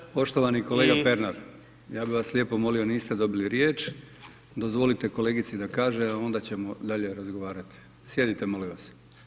Poštovani kolega Pernar, ja bi vas lijepo molio, niste dobili riječ, dozvolite kolegici da kaže, a onda ćemo dalje razgovarati, sjedite molim vas.